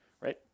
Right